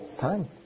Time